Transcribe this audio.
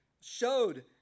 showed